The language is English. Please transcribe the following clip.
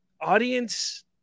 audience